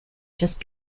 just